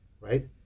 right